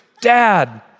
Dad